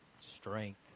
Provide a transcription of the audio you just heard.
strength